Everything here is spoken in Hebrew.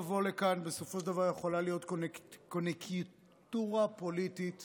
בסופו של דבר יכולה להיות קוניוקטורה פוליטית